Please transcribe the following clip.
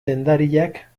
dendariak